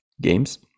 Games